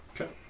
Okay